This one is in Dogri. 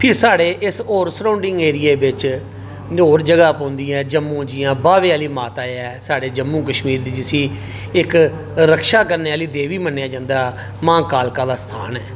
फ्ही इस आस्तै साढ़े सरोंडिंग एरिये च पौंदी ऐ जम्मू जियां बाबे आली माता ऐ जम्मू कशमीर दी इक रक्षा करने आह्ला ऐ बी मन्नेआ जंदा मां कालका दा स्थान ऐ